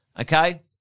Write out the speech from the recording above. Okay